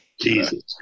Jesus